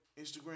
Instagram